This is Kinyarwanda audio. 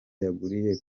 yaguriye